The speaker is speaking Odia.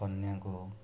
କନ୍ୟାକୁ